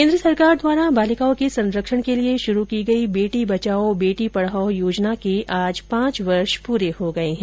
केन्द्र सरकार द्वारा बालिकाओं के संरक्षण के लिए शुरू की गई बेटी बचाओं बेटी पढाओं योजना के आज पांच वर्ष पूरे हो गए है